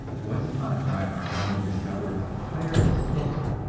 once upon a time our family discovered a fireless cooker,